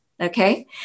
okay